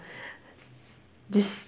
this